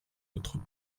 notre